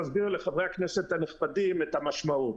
להסביר לחברי הכנסת הנכבדים את המשמעות.